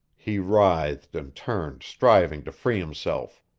he writhed and turned, striving to free himself.